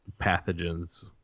pathogens